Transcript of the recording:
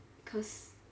cause